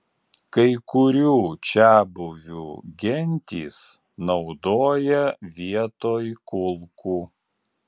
kai kurių čiabuvių gentys naudoja vietoj kulkų